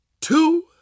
two